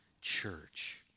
church